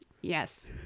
Yes